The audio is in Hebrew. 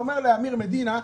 אתה אומר לאמיר מדינה,